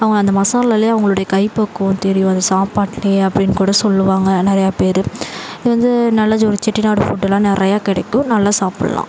அவங்க அந்த மசாலாலே அவங்களுடைய கைப்பக்குவம் தெரியும் அது சாப்பாட்டிலியே அப்படின் கூட சொல்லுவாங்க நிறையா பேரு அது வந்து நல்லஜொரு செட்டிநாடு ஃபுட்டெல்லாம் நிறையா கிடைக்கும் நல்லா சாப்புடல்லாம்